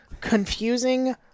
confusing